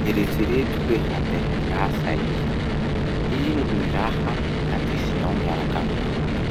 Eritsereto hoe handeha hiasa iha? Ino gny raha handesinao miaraky aminao?